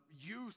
youth